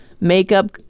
Makeup